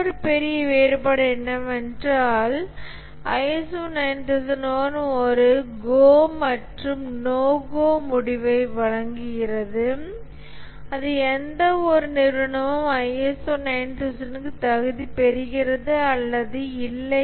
மற்றொரு பெரிய வேறுபாடு என்னவென்றால் ISO 9001 ஒரு கோ மற்றும் நோ கோ முடிவை வழங்குகிறது அது எந்தவொரு நிறுவனமும் ISO 9001 க்கு தகுதி பெறுகிறது அல்லது இல்லை